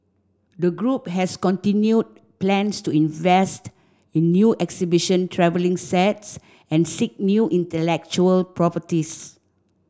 the group has continued plans to invest in new exhibition travelling sets and seek new intellectual properties